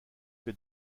que